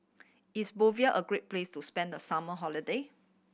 is Bolivia a great place to spend the summer holiday